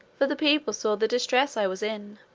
for the people saw the distress i was in.